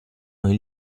noi